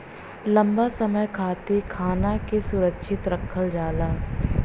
लंबा समय खातिर खाना के सुरक्षित रखल जाला